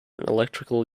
electrical